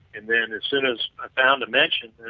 and then as soon as i found a mention,